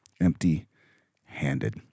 empty-handed